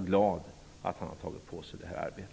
är glad att han har tagit på sig detta arbete.